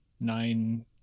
nine